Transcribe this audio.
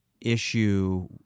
issue